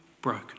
broken